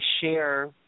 share